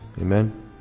Amen